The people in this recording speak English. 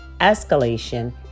escalation